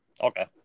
Okay